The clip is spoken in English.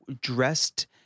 dressed